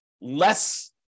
less